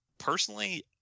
Personally